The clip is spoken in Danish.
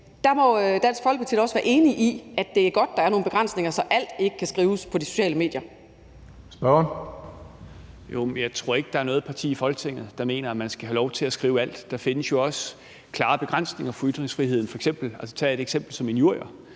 Der må Dansk Folkeparti da også være enige i, at det er godt, der er nogle begrænsninger, så alt ikke kan skrives på de sociale medier. Kl. 16:15 Tredje næstformand (Karsten Hønge): Spørgeren. Kl. 16:15 Peter Kofod (DF): Jeg tror ikke, der er noget parti i Folketinget, der mener, at man skal have lov til at skrive alt. Der findes jo også klare begrænsninger for ytringsfriheden. Tag et eksempel som injurier.